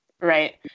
Right